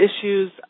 issues